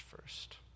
first